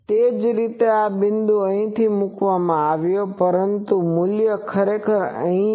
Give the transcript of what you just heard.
એ જ રીતે આ બિંદુ અહીં મૂકવામાં આવ્યો છે પરંતુ મૂલ્ય ખરેખર અહીં છે